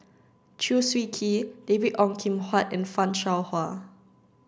Chew Swee Kee David Ong Kim Huat and Fan Shao Hua